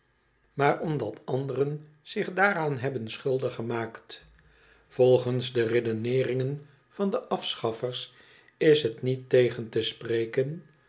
deren zich daaraan hebben schuldig gemaakt volgens de redeneeringen van de afschaffers is het niet tegen te spreken